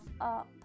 up